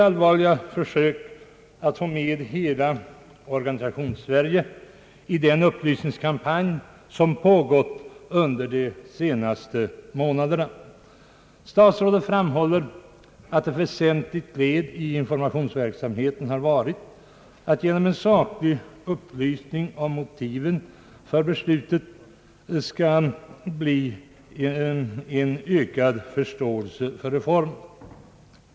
Allvarliga försök har gjorts att få med hela Organisationssverige i den upplysningskampanj som pågått under de senaste månaderna. Statsrådet framhåller att ett väsentligt led i informationsverksamheten har varit att genom en saklig upplysning om motiven för beslutet vinna ökad förståelse för reformen.